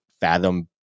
fathom